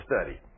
study